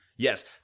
Yes